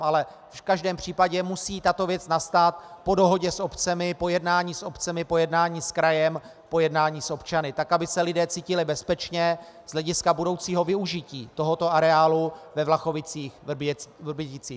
Ale v každém případě musí tato věc nastat po dohodě s obcemi, po jednání s obcemi, po jednání s krajem, po jednání s občany, tak aby se lidé cítili bezpečně z hlediska budoucího využití tohoto areálu ve VlachovicíchVrběticích.